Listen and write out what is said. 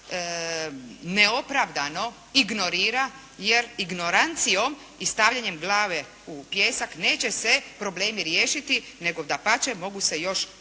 ne opravdano ignorira, jer ignorancijom i stavljanjem glave u pijesak neće se problemi riješiti, nego dapače mogu se još multiplicirati.